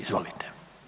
Izvolite.